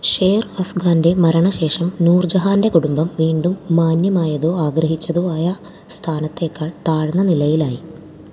ഷേർ അഫ്ഗാൻ്റെ മരണശേഷം നൂർജഹാൻ്റെ കുടുംബം വീണ്ടും മാന്യമായതോ ആഗ്രഹിച്ചതോ ആയ സ്ഥാനത്തേക്കാൾ താഴ്ന്ന നിലയിലായി